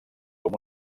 com